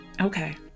Okay